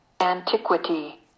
Antiquity